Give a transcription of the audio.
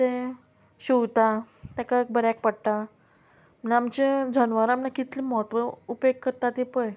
तें शिंवता ताका बऱ्याक पडटा म्हणल्यार आमचें जनवरां आमकां कितलें म्हत्व उपेग करता ती पळय